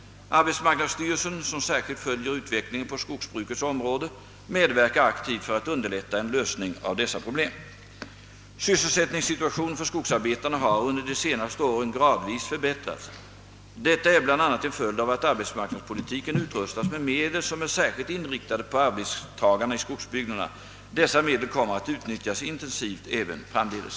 Arbetsmarknadsstyrelsen, som särskilt följer utvecklingen på skogsbrukets område, medverkar aktivt för att underlätta en lösning av dessa problem. Sysselsättningssituationen för skogsarbetarna har under de senaste åren gradvis förbättrats. Detta är bl.a. en följd av att arbetsmarknadspolitiken utrustats med medel som är särskilt inriktade på arbetstagarna i skogsbygderna. Dessa medel kommer att utnyttjas intensivt även framdeles.